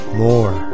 more